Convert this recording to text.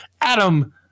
Adam